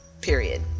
period